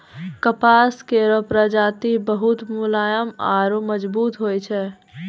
कपास केरो प्रजाति बहुत मुलायम आरु मजबूत होय छै